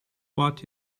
what